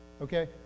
Okay